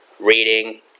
reading